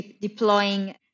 deploying